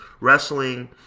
wrestling